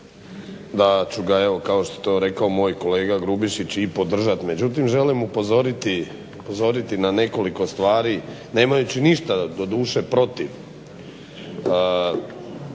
da ću ga evo kao što je to rekao moj kolega Grubišić i podržati. Međutim, želim upozoriti na nekoliko stvari nemajući ništa doduše protiv